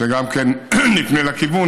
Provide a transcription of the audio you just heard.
שגם נפנה לכיוון,